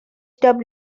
and